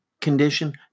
condition